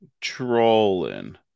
Trolling